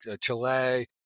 Chile